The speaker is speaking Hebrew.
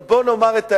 אבל בואו נאמר את האמת: